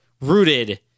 rooted